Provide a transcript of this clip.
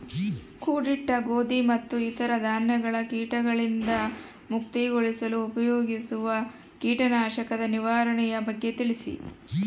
ಕೂಡಿಟ್ಟ ಗೋಧಿ ಮತ್ತು ಇತರ ಧಾನ್ಯಗಳ ಕೇಟಗಳಿಂದ ಮುಕ್ತಿಗೊಳಿಸಲು ಉಪಯೋಗಿಸುವ ಕೇಟನಾಶಕದ ನಿರ್ವಹಣೆಯ ಬಗ್ಗೆ ತಿಳಿಸಿ?